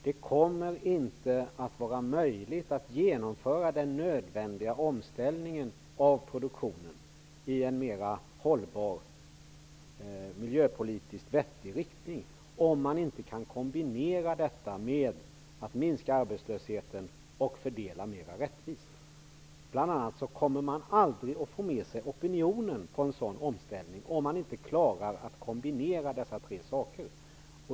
Det kommer inte att vara möjligt att genomföra den nödvändiga omställningen av produktionen i en mera hållbar, miljöpolitiskt vettig riktning, om man inte kan kombinera det med en minskning av arbetslösheten och en mera rättvis fördelning. Bl.a. kommer man aldrig att få med sig opinionen på en sådan omställning, om man inte klarar att kombinera dessa tre saker.